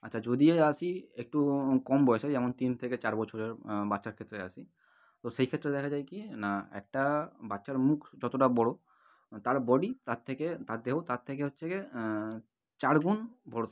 আচ্ছা যদি আসি একটু কম বয়সে যেমন তিন থেকে চার বছরের বাচ্চার ক্ষেত্রে আসি তো সেই ক্ষেত্রে দেখা যায় কি না একটা বাচ্চার মুখ যতটা বড়ো তার বডি তার থেকে তার দেহ তার থেকে হচ্ছে গিয়ে চারগুন বড়ো থাকে